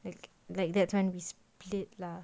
like like that's when we split lah